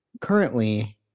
currently